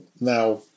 now